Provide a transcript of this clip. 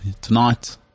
tonight